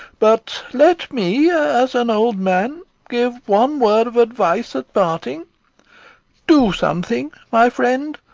but let me, as an old man, give one word of advice at parting do something, my friend!